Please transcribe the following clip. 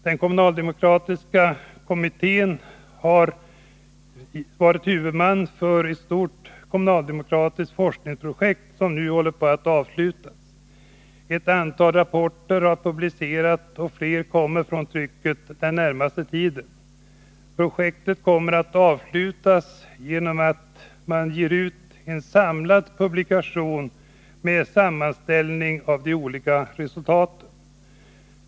Den kommunaldemokratiska kommittén har varit huvudman för ett stort kommunaldemokratiskt forskningsprojekt som nu håller på att avslutas. Ett antal rapporter har publicerats och fler kommer från trycket den närmaste tiden. Projektet kommer att avslutas genom att en samlad publikation med sammanställning av de olika resultaten ges ut.